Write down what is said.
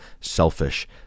selfish